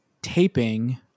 taping